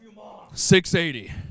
680